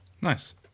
Nice